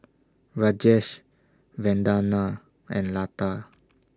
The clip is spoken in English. Rajesh Vandana and Lata